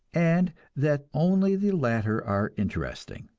and that only the latter are interesting.